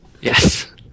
Yes